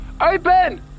open